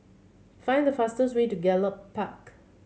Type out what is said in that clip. find the fastest way to Gallop Park